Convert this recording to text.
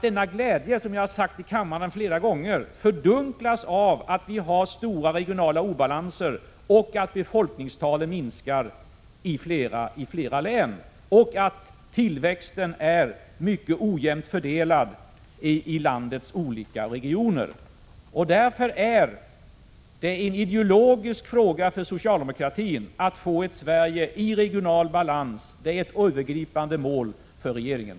Denna glädje, det har jag sagt i kammaren flera gånger, fördunklas av att vi har stora regionala obalanser, att befolkningstalen minskar i flera län och att tillväxten är mycket ojämt fördelad i landets olika regioner. Därför är det en ideologisk fråga för socialdemokratin att få ett Sverige i regional balans. Det är ett övergripande mål för regeringen.